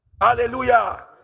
Hallelujah